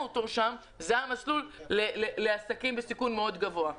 אותו שם זה היה מסלול לעסקים בסיכון מאוד גבוה.